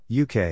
UK